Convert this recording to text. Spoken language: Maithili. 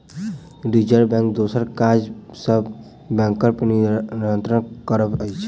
रिजर्व बैंकक दोसर काज सब बैंकपर नियंत्रण करब अछि